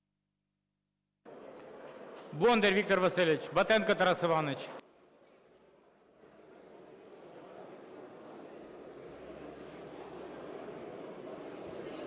Бондар Віктор Васильович. Батенко Тарас Іванович.